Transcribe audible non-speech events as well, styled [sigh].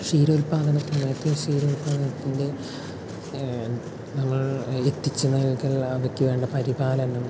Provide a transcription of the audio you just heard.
ക്ഷീര ഉത്പാദന [unintelligible] ക്ഷീര ഉത്പാദനത്തിൻ്റെ നമ്മൾ എത്തിച്ച് നൽകുക അവയ്ക്ക് വേണ്ട പരിപാലനം